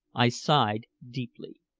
i sighed deeply,